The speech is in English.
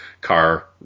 car